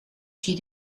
she